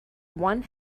one